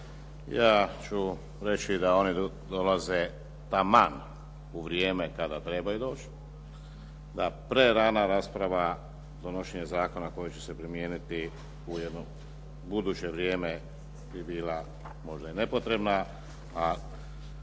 Ja ću reći da oni dolaze taman u vrijeme kada trebaju doći. Da prerana rasprava donošenja zakona koja će se primijeniti u jedno buduće vrijeme bi bila možda i nepotrebna.